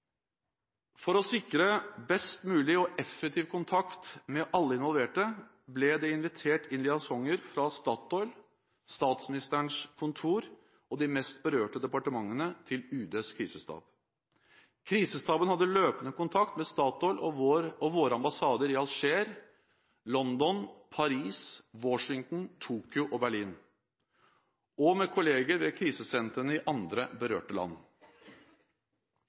For å sikre best mulig og effektiv kontakt med alle involverte ble det invitert inn liaisoner fra Statoil, Statsministerens kontor og de mest berørte departementene til UDs krisestab. Krisestaben hadde løpende kontakt med Statoil og med våre ambassader i Alger, London, Paris, Washington, Tokyo og Berlin, og med kolleger ved krisesentrene i andre berørte land.